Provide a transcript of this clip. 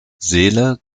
seele